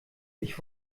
ich